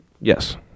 Yes